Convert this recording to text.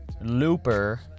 Looper